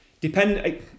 depend